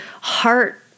heart